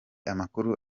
amakuru